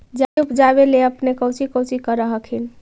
जादे उपजाबे ले अपने कौची कौची कर हखिन?